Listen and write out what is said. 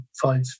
five